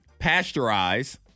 pasteurize